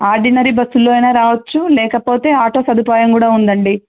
ordinary బస్సులలో అయినా రావచ్చు లేకపోతే ఆటో సదుపాయం కూడా ఉంది అండి